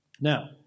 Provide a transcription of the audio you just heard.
Now